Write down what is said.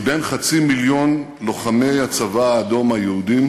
מבין חצי מיליון לוחמי הצבא האדום היהודים,